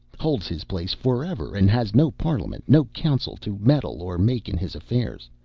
holds his place forever, and has no parliament, no council to meddle or make in his affairs,